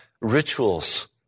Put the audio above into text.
rituals